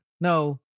No